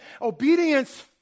Obedience